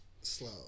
slow